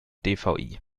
dvi